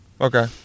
Okay